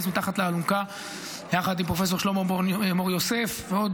מתחת לאלונקה יחד עם פרופסור שלמה מור-יוסף ועוד